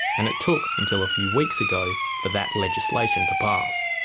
and it took until a few weeks ago for that legislation to pass.